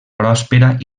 pròspera